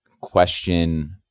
question